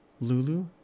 Lulu